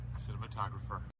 Cinematographer